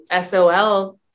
sol